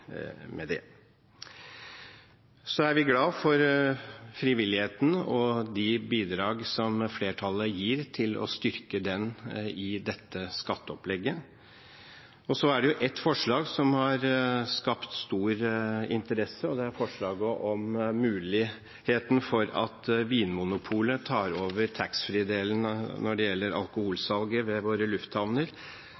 med det. Så er vi glade for frivilligheten og de bidragene som flertallet gir til å styrke den i dette skatteopplegget. Et forslag som har skapt stor interesse, er forslaget om muligheten for at Vinmonopolet tar over taxfree-delen når det gjelder alkoholsalget ved våre lufthavner. Det er noe med nordmenn og alkohol